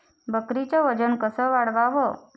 बकरीचं वजन कस वाढवाव?